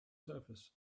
surface